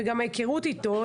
וגם ההיכרות איתו,